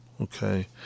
okay